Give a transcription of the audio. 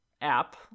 app